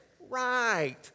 Right